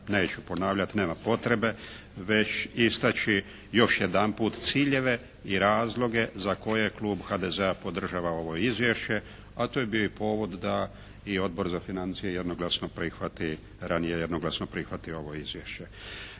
neću ponavljati, nema potrebe, već istaći još jedanput ciljeve i razloge za koje klub HDZ-a podržava ovo izvješće, a to je bio povod da i Odbor za financije jednoglasno prihvati ovo izvješće.